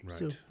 Right